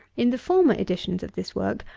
in the former editions of this work,